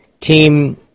team